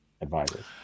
advisors